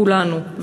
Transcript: כולנו,